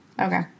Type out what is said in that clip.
Okay